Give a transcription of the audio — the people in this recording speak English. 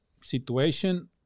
situation